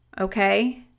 Okay